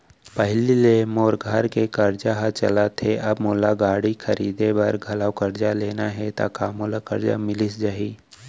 पहिली ले मोर घर के करजा ह चलत हे, अब मोला गाड़ी बर घलव करजा लेना हे ता का मोला करजा मिलिस जाही?